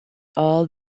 all